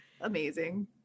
Amazing